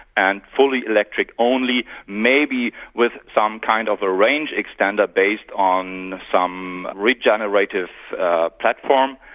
and fully electric only maybe with some kind of a range-extender based on some regenerative platform.